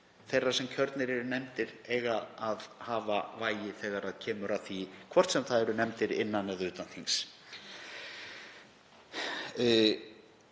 þeirra sem kjörnir eru nefndir eiga að hafa vægi þegar kemur að þessu vali, hvort sem það er í nefndir innan eða utan þings.